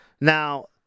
Now